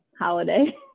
holiday